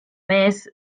mees